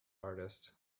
artist